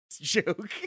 Joke